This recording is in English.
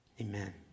Amen